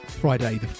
friday